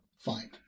Fine